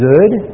Good